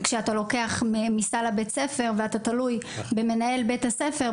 כשאתה לוקח מהם מסל בית הספר ואתה תלוי במנהל בית הספר,